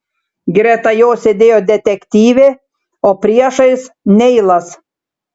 greta jo sėdėjo detektyvė o priešais neilas